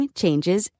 changes